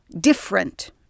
different